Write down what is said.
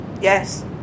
Yes